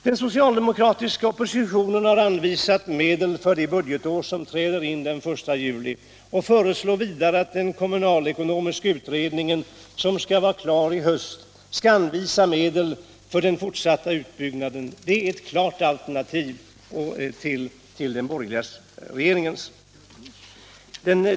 Den socialdemokratiska oppositionen har anvisat medel för det budgetår som inträder den 1 juli, och föreslår vidare att den kommunalekonomiska utredningen, som skall vara klar i höst, skall anvisa medel för den fortsatta utbyggnaden. Det är ett klart alternativ till den borgerliga regeringens förslag.